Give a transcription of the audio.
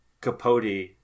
Capote